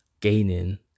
gaining